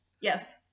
Yes